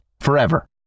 Forever